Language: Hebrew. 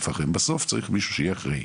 בסוף צריך מישהו שיהיה אחראי,